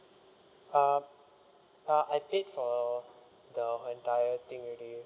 uh uh I paid for the entire thing already